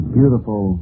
beautiful